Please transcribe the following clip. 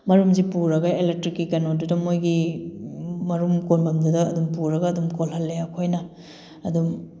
ꯃꯔꯨꯝꯁꯤ ꯄꯨꯔꯒ ꯑꯦꯂꯦꯛꯇ꯭ꯔꯤꯛꯀꯤ ꯀꯩꯅꯣꯗꯨꯗ ꯃꯣꯏꯒꯤ ꯃꯔꯨꯝ ꯀꯣꯟꯐꯝꯗꯨꯗ ꯑꯗꯨꯝ ꯄꯨꯔꯒ ꯑꯗꯨꯝ ꯀꯣꯜꯍꯜꯂꯦ ꯑꯩꯈꯣꯏꯅ ꯑꯗꯨꯝ